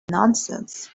nonsense